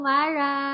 Mara